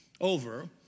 over